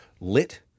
lit